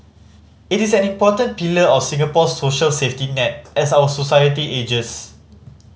it is an important pillar of Singapore's social safety net as our society ages